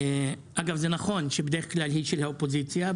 אגב נכון שבדרך כלל היא של האופוזיציה,